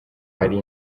ari